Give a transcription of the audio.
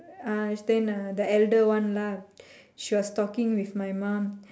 ah then the elder one ah she was talking with my mum